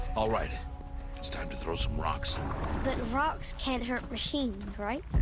alright. ah it's time to throw some rocks. but rocks can't hurt machines, right?